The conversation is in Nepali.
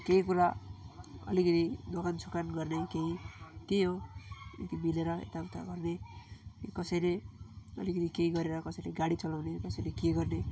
केही कुरा अलिकति दोकान सोकान गर्ने केही त्यही हो अलिकति मिलेर यताउता गर्ने कसैले अलिकति केही गरेर कसैले गाडी चलाउने कसैले के गर्ने